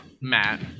Matt